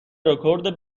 رکورد